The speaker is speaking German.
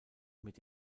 mit